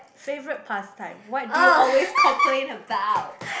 favourite past time what do you always complain about